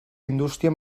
indústria